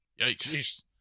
Yikes